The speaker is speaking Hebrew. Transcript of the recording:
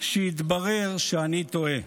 שיתברר שאני טועה.